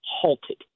halted